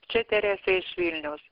čia teresė iš vilniaus